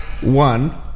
one